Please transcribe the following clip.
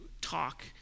talk